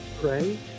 pray